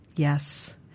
Yes